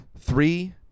Three